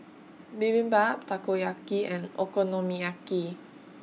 Bibimbap Takoyaki and Okonomiyaki